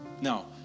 Now